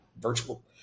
virtual